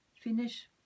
finish